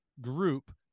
group